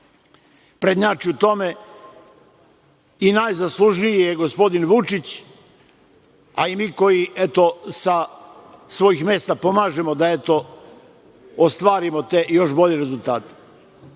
prednjači u tome i najzaslužniji je gospodin Vučić, a i mi koji to sa svojih mesta pomažemo da ostvarimo još bolje rezultate.